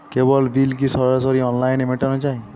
কেবল bill কি সরাসরি অনলাইনে মেটানো য়ায়?